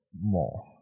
more